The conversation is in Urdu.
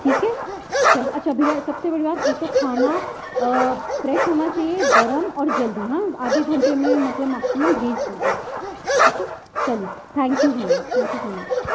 ٹھیک ہے چلیے اچھا بھیا سب سے بڑی بات ایک تو کھانا فریش ہونا چاہیے گرم اور جلدی ہاں آدھے گھنٹے میں مطلب میکسمم بھیج دیجیے ٹھیک ہے چلیے تھینک یو بھیا تھینک یو سو مچ